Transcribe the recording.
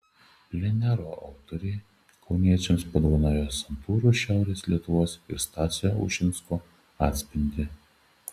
plenero autoriai kauniečiams padovanojo santūrų šiaurės lietuvos ir stasio ušinsko atspindį